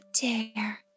dare